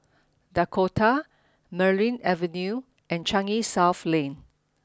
Dakota Merryn Avenue and Changi South Lane